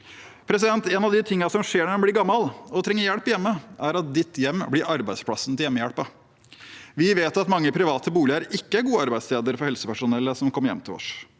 Noe av det som skjer når en blir gammel og trenger hjelp hjemme, er at ens hjem blir arbeidsplassen til hjemmehjelpen. Vi vet at mange private boliger ikke er gode arbeidssteder for helsepersonellet som kommer hjem til oss.